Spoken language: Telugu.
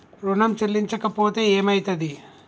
ఋణం చెల్లించకపోతే ఏమయితది?